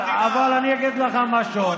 אבל אני אגיד לך משהו.